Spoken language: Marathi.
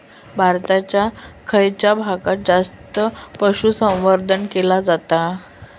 भारताच्या खयच्या भागात जास्त पशुसंवर्धन केला जाता?